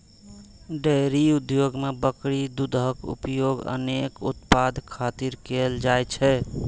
dairy उद्योग मे बकरी दूधक उपयोग अनेक उत्पाद खातिर कैल जाइ छै